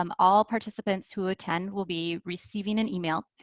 um all participants who attend will be receiving an email.